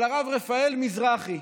על הרב רפאל מזרחי.